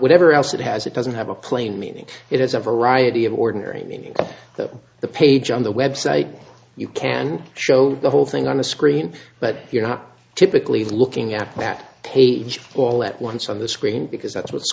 whatever else it has it doesn't have a plain meaning it has a variety of ordinary meaning that the page on the website you can show the whole thing on the screen but you're not typically looking at that tape all at once on the screen because that's what